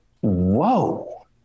whoa